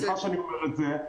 סליחה שאני אומר את זה,